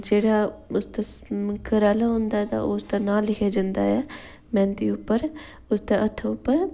जेह्ड़ा उसदा घरा आह्ला होंदा तां उसदा नांऽ लिखेआ जंदा ऐ मैंह्दी उप्पर उसदे हत्थै उप्पर